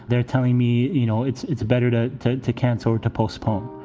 they're telling me, you know, it's it's better to to to cancel or to postpone